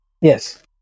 Yes